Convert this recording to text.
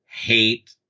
hate